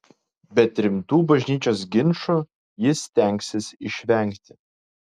bet rimtų bažnyčios ginčų ji stengsis išvengti